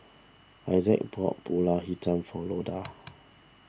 Essex bought Pulut Hitam for Loda